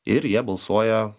ir jie balsuoja